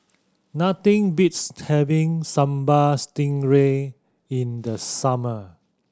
nothing beats having Sambal Stingray in the summer